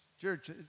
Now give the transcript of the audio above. Church